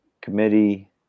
committee